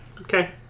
Okay